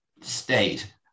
state